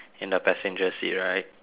in the passenger seat right